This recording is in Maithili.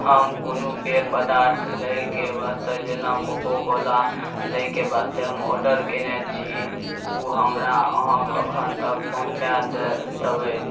हम कोनो पेय पदार्थ लैके वास्ते जेना कोको कोला लैके वास्ते हम ऑडर केने छी ओ हमरा अहाँ कखन तक पहुँचा दे देबै